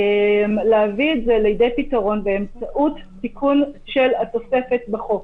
להביא את זה לידי פתרון באמצעות תיקון של התוספת בחוק,